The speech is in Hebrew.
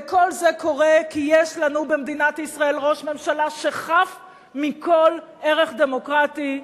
וכל זה קורה כי יש לנו במדינת ישראל ראש ממשלה שחף מכל ערך דמוקרטי,